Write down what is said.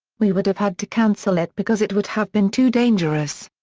we would have had to cancel it because it would have been too dangerous.